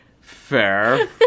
Fair